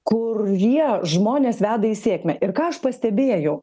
kurie žmones veda į sėkmę ir ką aš pastebėjau